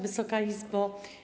Wysoka Izbo!